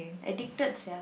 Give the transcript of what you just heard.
addicted sia